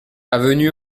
avenue